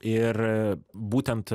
ir būtent